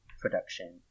production